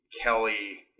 Kelly